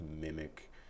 mimic